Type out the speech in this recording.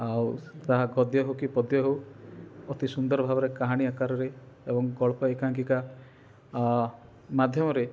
ଆଉ ତାହା ଗଦ୍ୟ ହଉ କି ପଦ୍ୟ ହଉ ଅତିସୁନ୍ଦର ଭାବରେ କାହାଣୀ ଆକାରରେ ଏବଂ ଗଳ୍ପ ଏକାଙ୍କିକା ଆ ମାଧ୍ୟମରେ